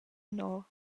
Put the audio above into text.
anora